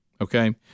Okay